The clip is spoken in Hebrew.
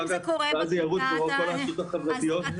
אז זה יעלה לרשתות החברתיות.